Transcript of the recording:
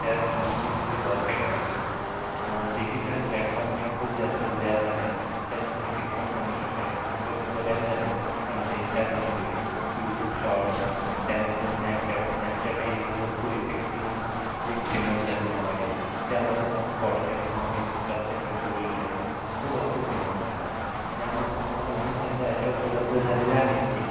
त्यात मेनली म्हणजे work at home digital platform हे खूप जास्त उदयास आले आहे त्यात तुम्ही टिकटॉक म्हणू शकता टिकटॉक तर सध्या बॅन झाले आहे पण आता इंस्टाग्राम रील यूट्यूब शॉर्ट्स त्यानंतर सँपचाट सँपचाट हे एक भरपूर इफेक्टीव्ह हे एक फेमस झालेलं आहे त्यामध्ये पण स्पॉटलाइट म्हणून एक कन्सेप्ट येतो रील टाइप तो भरपूर फेमस झाला आहे यामध्ये तुम्हाला नवीन संधी अशा उपलब्ध झालेल्या आहेत की